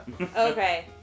Okay